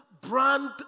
brand